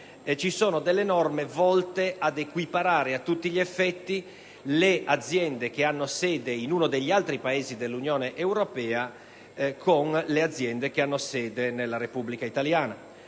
disposizioni volte ad equiparare a tutti gli effetti le aziende che hanno sede in uno degli altri Paesi dell'Unione europea con quelle con sede invece nella Repubblica italiana.